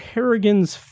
Harrigan's